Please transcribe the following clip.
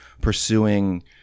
pursuing